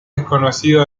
desconocido